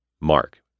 mark